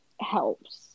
helps